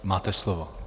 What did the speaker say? Máte slovo.